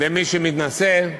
ומי שמתמצא,